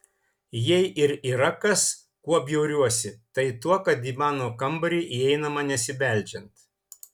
jei ir yra kas kuo bjauriuosi tai tuo kad į mano kambarį įeinama nesibeldžiant